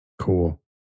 Cool